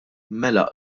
mela